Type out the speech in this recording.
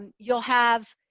and you'll have.